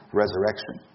resurrection